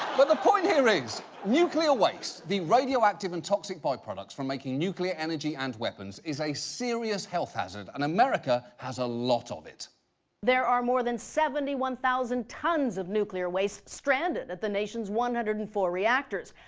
but the point here nuclear waste, the radioactive and toxic byproducts from making nuclear energy and weapons is a serious health hazard, and america has a lot of it. anchor there are more than seventy one thousand tons of nuclear waste stranded at the nation's one hundred and four reactors.